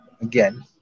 again